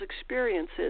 experiences